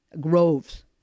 groves